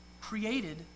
Created